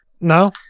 No